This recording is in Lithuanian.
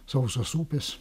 sausos upės